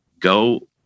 Go